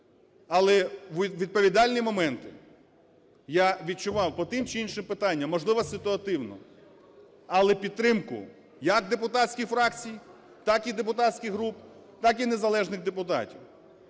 але у відповідальні моменти я відчував по тим чи іншим питанням, можливо, ситуативну, але підтримку як депутатських фракцій, так і депутатських груп, так і незалежних депутатів.